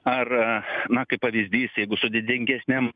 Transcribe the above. ar na kaip pavyzdys jeigu sudėtingesniam